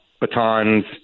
batons